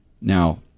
Now